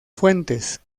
fuentes